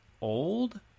old